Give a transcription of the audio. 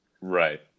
Right